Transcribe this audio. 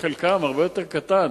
חלקם הרבה יותר קטן,